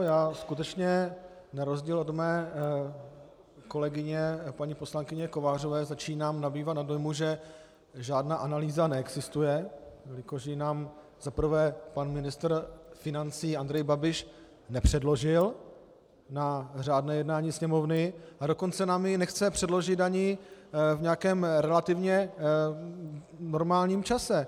Já skutečně na rozdíl od své kolegyně paní poslankyně Kovářové začínám nabývat na dojmu, že žádná analýza neexistuje, jelikož nám ji za prvé pan ministr financí Andrej Babiš nepředložil na řádné jednání Sněmovny, a dokonce nám ji nechce předložit ani v nějakém relativně normálním čase.